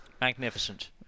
Magnificent